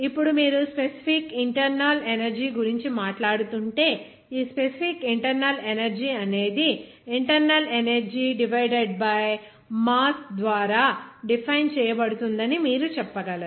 ఇప్పుడు మీరు specific internal energy గురించి మాట్లాడుతుంటే ఈ స్పెసిఫిక్ ఇంటర్నల్ ఎనర్జీ అనేది internal energy divided by mass ద్వారా డిఫైన్ చేయబడుతుందని మీరు చెప్పగలరు